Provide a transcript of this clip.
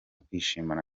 kwishimana